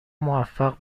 موفق